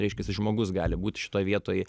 reiškiasi žmogus gali būt šitoj vietoj